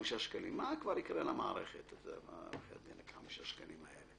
מה יקרה למערכת אם לא ישלמו 5 שקלים?